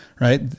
right